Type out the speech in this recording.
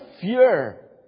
fear